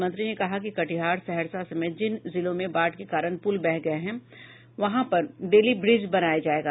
मंत्री ने कहा कि कटिहार सहरसा समेत जिन जिलों में बाढ़ के कारण पुल बह गये है वहां पर बेली ब्रिज बनाया जायेगा